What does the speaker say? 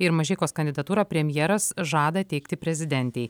ir mažeikos kandidatūrą premjeras žada teikti prezidentei